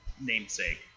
namesake